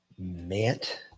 Mant